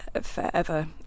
forever